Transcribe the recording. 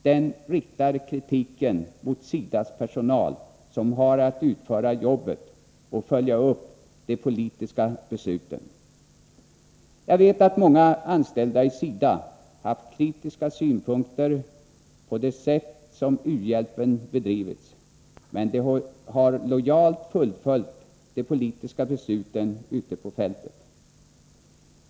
De riktar kritik mot SIDA:s personal, som har att utföra jobbet och följa upp de politiska besluten. Jag vet att många anställda i SIDA har haft kritiska synpunkter på det sätt som u-hjälpen har bedrivits på, men de har lojalt fullföljt de politiska besluten ute på fältet.